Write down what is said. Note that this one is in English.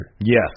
Yes